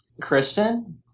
Kristen